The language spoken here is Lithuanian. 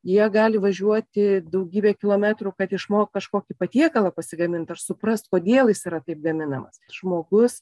jie gali važiuoti daugybę kilometrų kad išmokt kažkokį patiekalą pasigamint ar suprast kodėl jis yra taip gaminamas žmogus